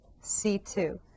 C2